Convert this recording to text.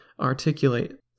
articulate